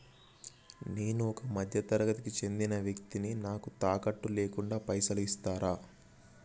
నేను ఒక మధ్య తరగతి కి చెందిన వ్యక్తిని నాకు తాకట్టు లేకుండా పైసలు ఇస్తరా?